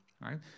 right